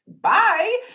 Bye